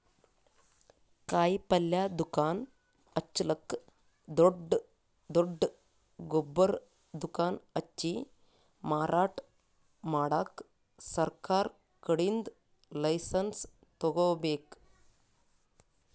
ಕಾಯಿಪಲ್ಯ ದುಕಾನ್ ಹಚ್ಚಲಕ್ಕ್ ದೊಡ್ಡ್ ದೊಡ್ಡ್ ಗೊಬ್ಬರ್ ದುಕಾನ್ ಹಚ್ಚಿ ಮಾರಾಟ್ ಮಾಡಕ್ ಸರಕಾರ್ ಕಡೀನ್ದ್ ಲೈಸನ್ಸ್ ತಗೋಬೇಕ್